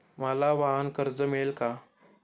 मला वाहनकर्ज मिळेल का?